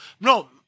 No